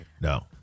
No